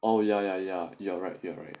oh ya ya ya you're right you're right